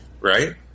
right